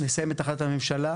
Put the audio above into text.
נסיים את החלטת הממשלה,